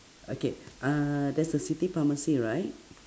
okay uhh there's a city pharmacy right